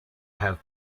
have